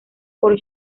por